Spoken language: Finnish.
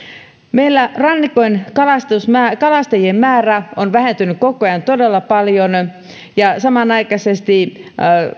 meillä rannikon kalastajien määrä on vähentynyt koko ajan todella paljon ja samanaikaisesti